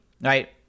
right